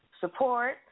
support